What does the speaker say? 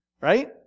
right